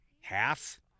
half